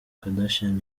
kardashian